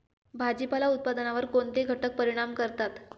भाजीपाला उत्पादनावर कोणते घटक परिणाम करतात?